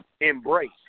embrace